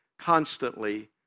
constantly